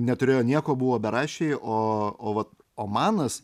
neturėjo nieko buvo beraščiai o o vat omanas